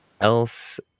else